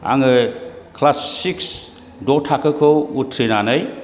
आङो class six द' थाखोखौ उथ्रिनानै